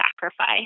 sacrifice